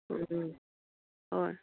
হয়